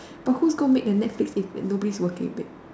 but who's going to make the next big thing if nobody is working